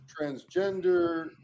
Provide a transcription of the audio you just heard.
transgender